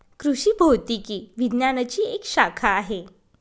कृषि भौतिकी विज्ञानची एक शाखा आहे